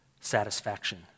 satisfaction